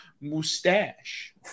mustache